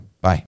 Bye